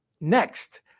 next